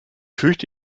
fürchte